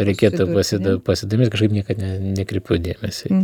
reikėtų pasi pasidomėt kažkaip niekad ne nekreipiau dėmesio į tai